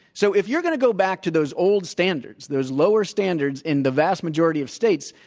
so if you're going to go back to those old standards, those lower standards, in the vast majority of states,